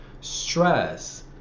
stress